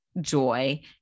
joy